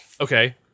Okay